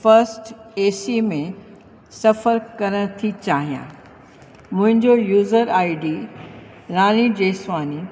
first A C में सफ़र करण थी चाहियां मुंहिंजो user I D Rani Jeswani